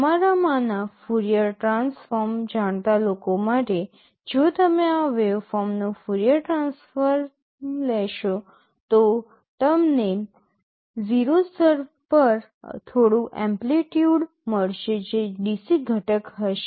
તમારામાંના Fourier transform જાણતા લોકો માટે જો તમે આ વેવફોર્મનું ફ્યુરિયર ટ્રાન્સફોર્મ લેશો તો તમને 0 સ્તર પર થોડું એમ્પલિટયૂડ મળશે જે DC ઘટક હશે